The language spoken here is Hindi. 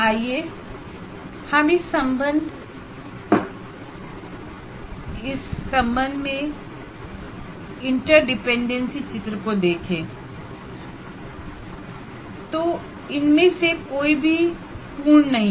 आइए हम इस संबंध रिलेशनशिप तथा इंटर डिपेंडेंसी डायग्रामको देखें तो इनमें से कोई भी पूर्ण नहीं है